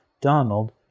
Donald